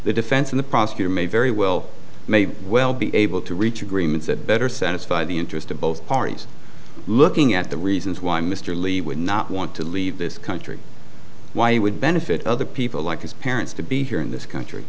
the defense and the prosecutor may very well may well be able to reach agreements that better satisfy the interest of both parties looking at the reasons why mr lee would not want to leave this country why he would benefit other people like his parents to be here in this country